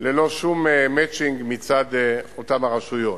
ללא שום "מצ'ינג" מצד אותן רשויות.